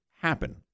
happen